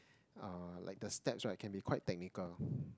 uh like the steps right can be quite technical lah